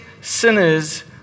sinners